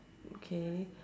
okay